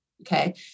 Okay